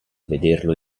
vederlo